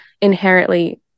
inherently